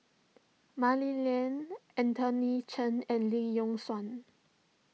Mah Li Lian Anthony Chen and Lee Yock Suan